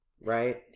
right